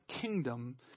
kingdom